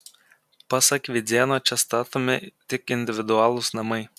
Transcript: pasak vidzėno čia statomi tik individualūs namai